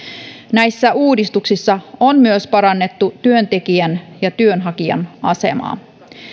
näissä uudistuksissa on myös parannettu työntekijän ja työnhakijan asemaa